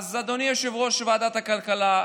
אדוני יושב-ראש ועדת הכלכלה,